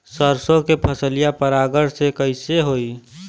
सरसो के फसलिया परागण से कईसे होई?